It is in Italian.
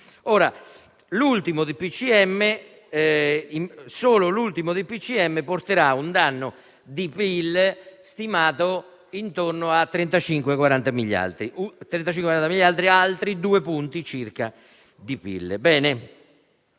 Ora, solo l'ultimo DPCM porterà un danno al PIL stimato intorno a 35-40 miliardi di euro, altri due punti circa di PIL.